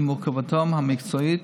עם מורכבותן המקצועית,